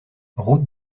route